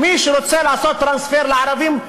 מי שרוצה לעשות טרנספר לערבים,